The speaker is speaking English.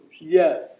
Yes